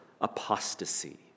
apostasy